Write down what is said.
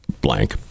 blank